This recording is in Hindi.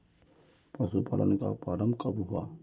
पशुपालन का प्रारंभ कब हुआ?